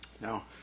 Now